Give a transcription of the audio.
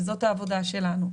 וזאת העבודה שלנו.